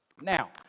Now